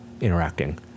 interacting